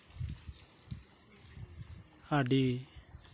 ᱟᱹᱰᱤ